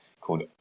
called